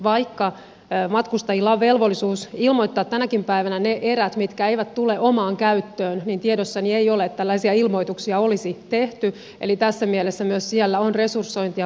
vaikka matkustajilla on velvollisuus ilmoittaa tänäkin päivänä ne erät mitkä eivät tule omaan käyttöön niin tiedossani ei ole että tällaisia ilmoituksia olisi tehty eli tässä mielessä myös siellä on resursointia vahvistettava